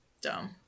dumb